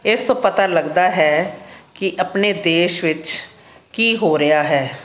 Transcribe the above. ਇਸ ਤੋਂ ਪਤਾ ਲੱਗਦਾ ਹੈ ਕਿ ਆਪਣੇ ਦੇਸ਼ ਵਿੱਚ ਕੀ ਹੋ ਰਿਹਾ ਹੈ